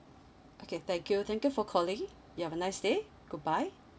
okay thank you thank you for calling you have a nice day goodbye